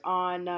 on